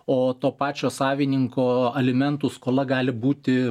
o to pačio savininko alimentų skola gali būti